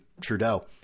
Trudeau